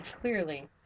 clearly